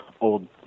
old